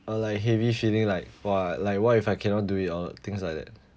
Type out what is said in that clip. a like heavy feeling like !wah! like what if I cannot do it or things like that